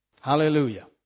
Hallelujah